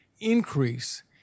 increase